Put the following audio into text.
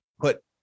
put